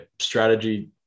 strategy